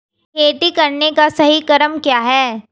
खेती करने का सही क्रम क्या है?